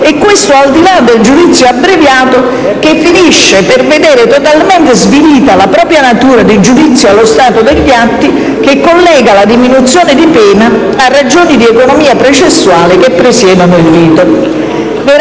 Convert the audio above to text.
e questo al di là del giudizio abbreviato, che finisce per vedere totalmente svilita la propria natura di giudizio allo stato degli atti che collega la diminuzione di pena a ragioni di economia processuale che presiedono il rito.